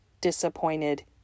disappointed